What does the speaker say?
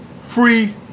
Free